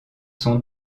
sont